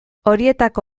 horietako